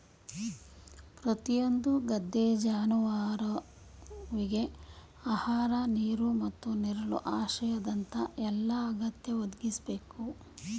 ಪ್ರತಿಯೊಂದು ಗದ್ದೆ ಜಾನುವಾರುವಿಗೆ ಆಹಾರ ನೀರು ಮತ್ತು ನೆರಳು ಆಶ್ರಯದಂತ ಎಲ್ಲಾ ಅಗತ್ಯ ಒದಗಿಸ್ಬೇಕು